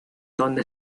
donde